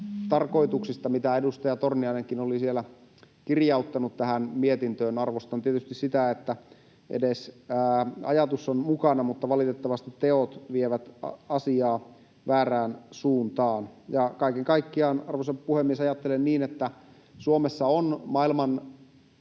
mitä edustaja Torniainenkin oli siellä kirjauttanut tähän mietintöön. Arvostan tietysti sitä, että edes ajatus on mukana, mutta valitettavasti teot vievät asiaa väärään suuntaan. Kaiken kaikkiaan, arvoisa puhemies, ajattelen niin, että Suomessa on maailman